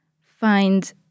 find